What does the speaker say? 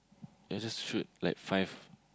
ya just shoot like five